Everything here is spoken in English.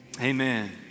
amen